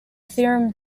theorem